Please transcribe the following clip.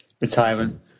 Retirement